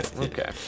Okay